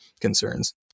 concerns